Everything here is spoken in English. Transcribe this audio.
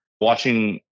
watching